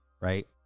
right